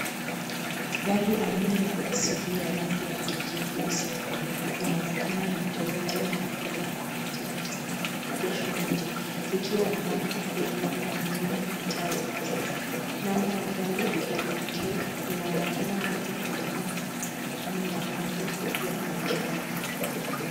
Gari aina ya SUV ya rangi ya kijivu isiyokolea inaonekana ni Toyota Landcruiser TX imeegeshwa nje ikiwa na bumpa kubwa nyuma na taa za kisasa. Namba ya gari KDK inaonekana wazi kwenye bumpa la sehemu ya rangi la manjano.